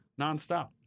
Nonstop